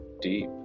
deep